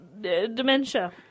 dementia